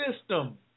system